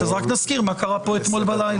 אז רק נזכיר מה קרה פה אתמול בלילה